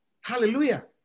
Hallelujah